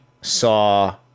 saw